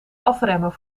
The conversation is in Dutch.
afremmen